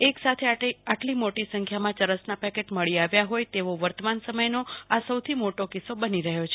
એક સાથે આટલી મોટી સંખ્યામાં ચરસના પેકેટ મળી આવ્યા હોય તેવો વર્તમાન સમયનો આ સૌથી મોટો કિસ્સો બની રહ્યો છે